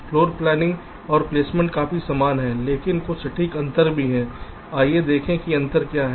floor planning और placement काफी समान हैं लेकिन कुछ सटीक अंतर भी हैं आइए देखें कि अंतर क्या हैं